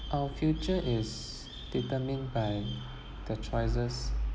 our future is determined by the choices